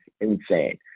insane